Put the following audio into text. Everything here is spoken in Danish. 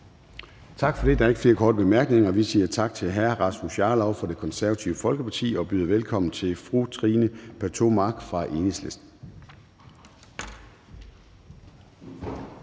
Tak for det. Der er ikke flere korte bemærkninger. Vi siger tak til hr. Rasmus Jarlov fra Det Konservative Folkeparti og byder velkommen til fru Trine Pertou Mach fra Enhedslisten.